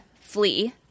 flee